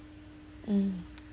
mm